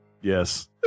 Yes